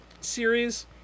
series